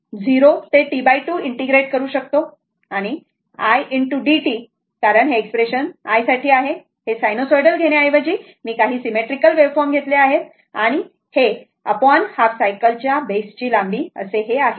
तर हे 0 ते T2 इंटिग्रेट करू शकतो तर i ✖ dt कारण हे एक्सप्रेशन i साठी आहे हे साइनोसॉइडल घेण्याऐवजी मी काही सिमेट्रीकल वेवफॉर्म घेतले आहेत आणि हे हाफ सायकलची बेसची लांबी आहे